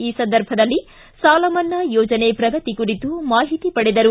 ಈ ಸಂದರ್ಭದಲ್ಲಿ ಸಾಲಮನ್ನಾ ಯೋಜನೆ ಪ್ರಗತಿ ಕುರಿತು ಮಾಹಿತಿ ಪಡೆದರು